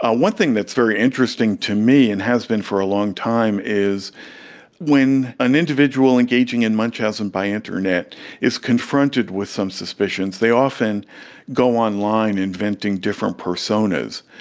ah one thing that's very interesting to me and has been for a long time is when an individual engaging in munchausen by internet is confronted with some suspicions, they often go online inventing different personas.